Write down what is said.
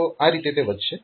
તો તે આ રીતે વધશે